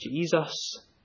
Jesus